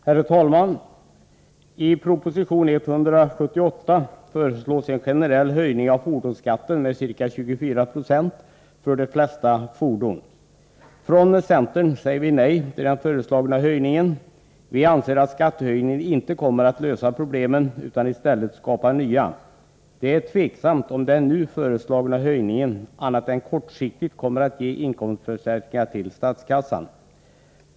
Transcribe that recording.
Herr talman! I proposition 178 föreslås en generell höjning av fordonsskatten med ca 24 90 för de flesta fordon. Från centern säger vi nej till den föreslagna höjningen. Vi anser att en skattehöjning inte kommer att lösa problemen. I stället kommer en sådan att skapa nya problem. Det är tveksamt om den nu föreslagna höjningen annat än kortsiktigt kommer att innebära någon inkomstförstärkning för statskassan.